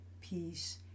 peace